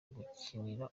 gukinira